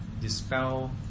dispel